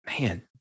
Man